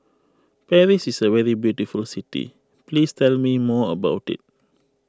Paris is a very beautiful city please tell me more about it